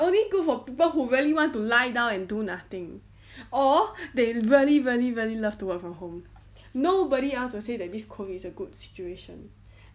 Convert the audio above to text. is only good for people who really want to lie down and do nothing or they really really really love to work from home nobody else will say that this COVID is a good situation